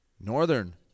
Northern